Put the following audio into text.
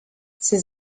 ces